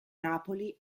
napoli